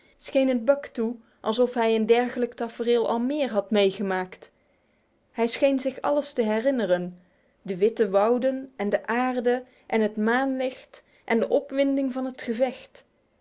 het buck toe alsof hij een dergelijk tafereel al meer had meegemaakt hij scheen zich alles te herinneren de witte wouden en de aarde en het maanlicht en de opwinding van het gevecht